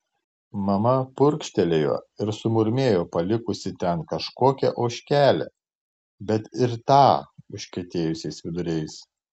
mama purkštelėjo ir sumurmėjo palikusi ten kažkokią ožkelę bet ir tą užkietėjusiais viduriais